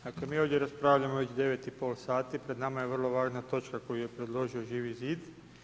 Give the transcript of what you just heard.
Dakle mi ovdje raspravljamo već 9,5 sati, pred nama je vrlo važna točka koju je predložio Živi zid.